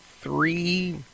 three